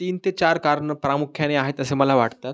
तीन ते चार कारणं प्रामुख्याने आहेत असं मला वाटतं